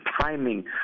timing